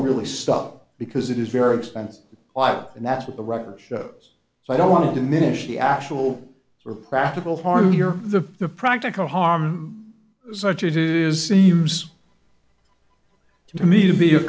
really stop because it is very expensive and that's what the record shows so i don't want to diminish the actual or practical harm here the the practical harm such as who seems to me to be a